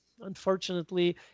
unfortunately